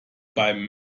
beim